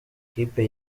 ikipe